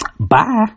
Bye